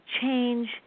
change